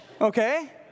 okay